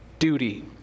duty